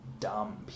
dumb